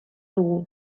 dugu